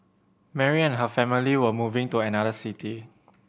Mary and her family were moving to another city